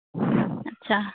ᱟᱪᱪᱷᱟ